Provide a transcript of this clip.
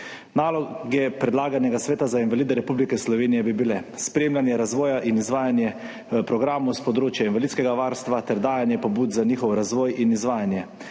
Naloge predlaganega sveta za invalide Republike Slovenije bi bile: spremljanje razvoja in izvajanje programov s področja invalidskega varstva ter dajanje pobud za njihov razvoj in izvajanje